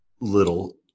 little